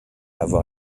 avoir